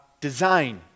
design